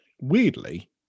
weirdly